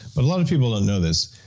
but a lot of people and know this.